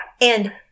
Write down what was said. And-